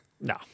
No